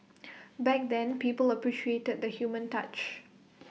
back then people appreciated the human touch